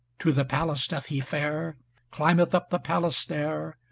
to the palace doth he fare climbeth up the palace-stair,